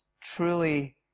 truly